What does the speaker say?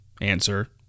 answer